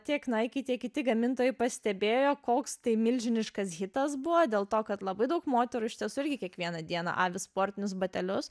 tiek naiki tiek kiti gamintojai pastebėjo koks tai milžiniškas hitas buvo dėl to kad labai daug moterų iš tiesų irgi kiekvieną dieną avi sportinius batelius